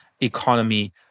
economy